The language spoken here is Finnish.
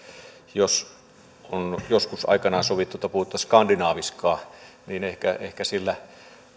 jos olisi joskus aikanaan sovittu että puhuttaisiin skandinaaviskaa niin ehkä ehkä sillä